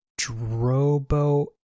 Drobo